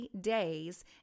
days